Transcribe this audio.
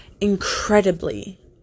incredibly